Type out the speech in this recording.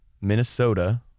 Minnesota